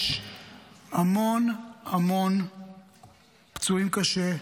יש המון המון פצועים קשה,